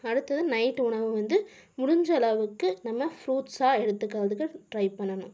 அடுத்தது நைட் உணவு வந்து முடிஞ்ச அளவுக்கு நம்ம ஃப்ரூட்ஸாக எடுத்துக்கிறதுக்கு ட்ரை பண்ணணும்